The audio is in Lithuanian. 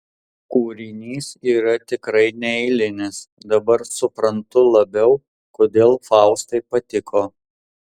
kūrinys yra tikrai neeilinis dabar suprantu labiau kodėl faustai patiko